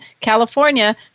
California